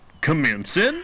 Commencing